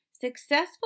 successful